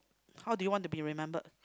how do you want to be remembered